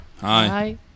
Hi